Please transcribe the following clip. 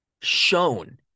shown